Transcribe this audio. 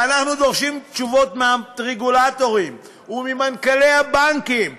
ואנחנו דורשים תשובות מהרגולטורים וממנכ"לי הבנקים ומהדירקטורים,